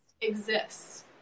exists